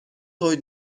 toy